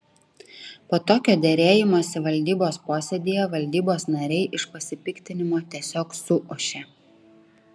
po tokio derėjimosi valdybos posėdyje valdybos nariai iš pasipiktinimo tiesiog suošė